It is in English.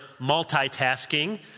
multitasking